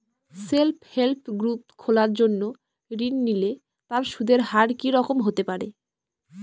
Self help group খোলার জন্য ঋণ নিলে তার সুদের হার কি রকম হতে পারে?